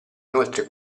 inoltre